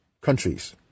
countries